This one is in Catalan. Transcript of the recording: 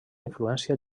influència